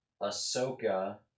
Ahsoka